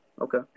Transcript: okay